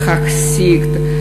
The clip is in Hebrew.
חג הסיגד,